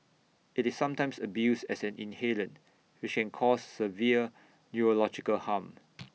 IT is sometimes abused as an inhalant which can cause severe neurological harm